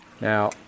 Now